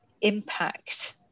impact